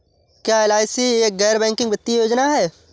क्या एल.आई.सी एक गैर बैंकिंग वित्तीय योजना है?